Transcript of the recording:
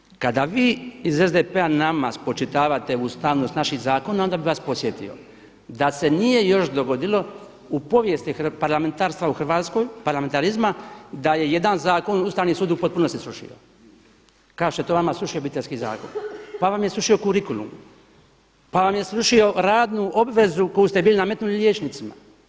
A druga stvar, kada vi iz SDP-a nama spočitavate ustavnost naših zakona, onda bih vas podsjetio da se nije još dogodilo u povijesti parlamentarstva u Hrvatskoj, parlamentarizma, da je jedan zakon Ustavni sud u potpunosti srušio kao što je to vama srušio Obiteljski zakon, pa vam je srušio kurikulum, pa vam je srušio radnu obvezu koju ste bili nametnuli liječnicima.